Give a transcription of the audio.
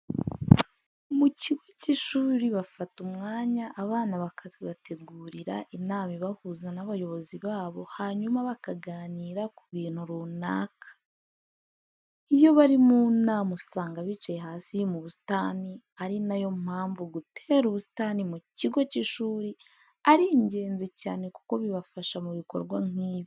Mu kigo cy'ishuri bafata umwanya abana bakabategurira inama ibahuza n'abayobozi babo hanyuma bakaganira ku bintu runaka. Iyo bari mu nama usanga bicaye hasi mu busitani, ari na yo mpamvu gutera ubusitani mu kigo cy'ishuri ari ingenzi cyane kuko bifasha mu bikorwa nk'ibi.